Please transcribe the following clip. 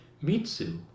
Mitsu